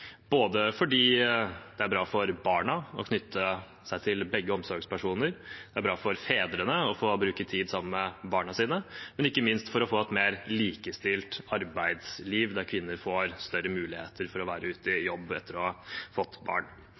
både fordi det er bra for barna å knytte seg til begge omsorgspersoner, det er bra for fedrene å få bruke tid sammen med barna sine og ikke minst for å få et mer likestilt arbeidsliv der kvinner får større muligheter til å være ute i jobb etter å ha fått barn.